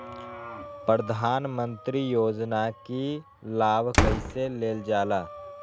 प्रधानमंत्री योजना कि लाभ कइसे लेलजाला?